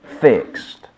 fixed